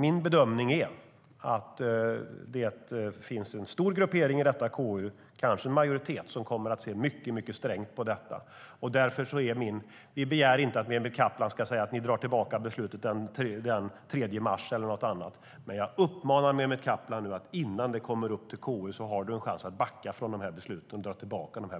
Min bedömning är att det finns en stor gruppering i KU, kanske en majoritet, som kommer att se mycket strängt på detta. Vi begär inte att Mehmet Kaplan ska säga att de drar tillbaka beslutet den 3 mars eller någonting annat, men jag uppmanar Mehmet Kaplan att han innan detta kommer upp i KU tar chansen att backa från dessa beslut och drar tillbaka dem.